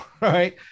right